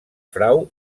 frau